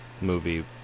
movie